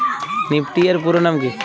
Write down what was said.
Nifty এর পুরোনাম কী?